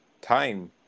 time